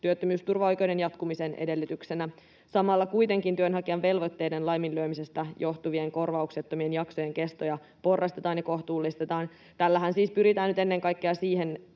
työttömyysturvaoikeuden jatkumisen edellytyksenä. Samalla kuitenkin työnhakijan velvoitteiden laiminlyömisestä johtuvien korvauksettomien jaksojen kestoja porrastetaan ja kohtuullistetaan. Tällähän siis pyritään nyt ennen kaikkea siihen,